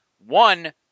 One